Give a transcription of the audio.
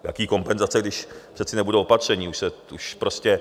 Jaké kompenzace, když přece nebudou opatření už prostě.